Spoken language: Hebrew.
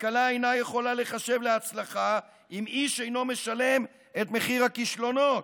הכלכלה אינה יכולה להיחשב להצלחה אם איש אינו משלם את מחיר הכישלונות.